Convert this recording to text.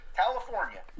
California